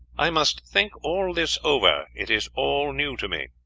i must think all this over it is all new to me.